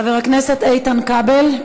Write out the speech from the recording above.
חבר הכנסת איתן כבל,